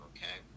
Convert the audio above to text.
Okay